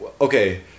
Okay